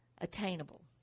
attainable